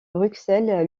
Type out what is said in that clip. bruxelles